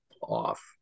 off